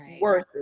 worth